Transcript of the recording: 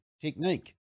technique